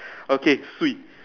okay Swee